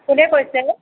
কোনে কৈছে